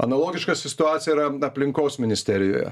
analogiška sistuacija yra aplinkos ministerijoje